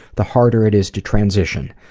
the harder it is to transition.